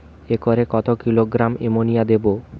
একরে কত kilogram ammonia দেবো?